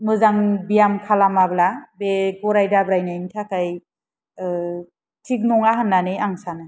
मोजां व्याम खालामाब्ला बे गराय दाब्रायनायनि थाखाय थिग नङा होननानै आं सानो